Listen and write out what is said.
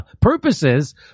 purposes